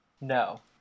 No